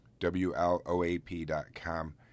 WLOAP.com